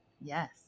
Yes